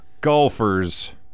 golfers